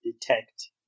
detect